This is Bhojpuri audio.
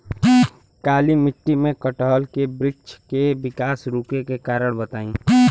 काली मिट्टी में कटहल के बृच्छ के विकास रुके के कारण बताई?